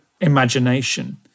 imagination